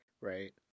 Right